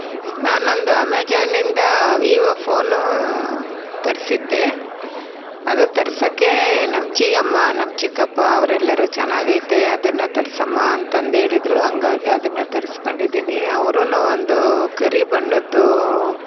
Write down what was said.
ನಾನೊಂದು ಅಮೆಜಾನ್ಯಿಂದ Vivo phone ತರಿಸಿದ್ದೆ ಅದು ತರ್ಸೋಕ್ಕೆ ನಮ್ಮ ಚಿಕ್ಕಮ್ಮ ನಮ್ಮ ಚಿಕ್ಕಪ್ಪ ಅವರೆಲ್ಲರೂ ಚೆನ್ನಾಗೈತೆ ಅದನ್ನು ತರ್ಸಮ್ಮ ಅಂತಂದು ಹೇಳಿದ್ರು ಹಾಗಾಗಿ ಅದನ್ನು ತರ್ಸ್ಕೊಂಡಿದ್ದೀನಿ ಅವರುನೂ ಒಂದು ಕರಿಬಣ್ಣದ್ದು